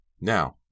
Now